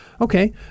Okay